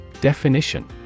Definition